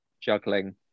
juggling